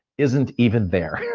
isn't even there.